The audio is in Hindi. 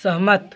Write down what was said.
सहमत